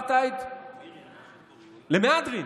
אפרטהייד למהדרין,